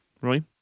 right